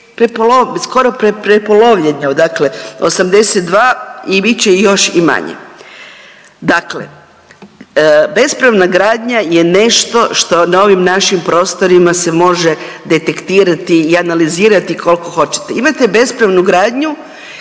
skoro prepolovljeno, dakle 82 i bit će ih još i manje. Dakle, bespravna gradnja je nešto što na ovim našim prostorima se može detektirati i analizirati koliko hoćete. Imate bespravnu gradnju